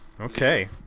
Okay